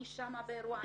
אני שם את האירוע,